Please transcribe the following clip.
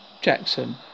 Jackson